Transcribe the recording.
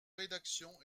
rédaction